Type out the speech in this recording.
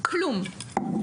כלום.